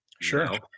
Sure